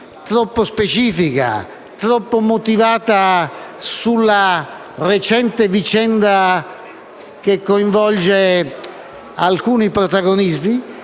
troppo specifica, troppo motivata sulla recente vicenda che coinvolge alcuni protagonismi.